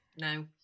no